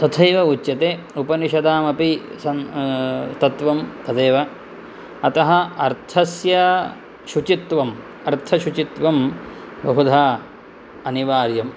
तथैव उच्यते उपनिषदामपि सन् तत्वं तदेव अतः अर्थस्य शुचित्वम् अर्थशुचित्वं बहुधा अनिवार्यम्